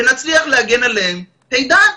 ונצליח להגן עליהם, הידד.